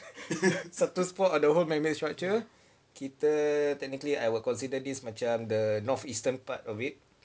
satu spot on the whole man-made structure kita technically I will consider this macam the north eastern part of it